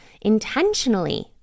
intentionally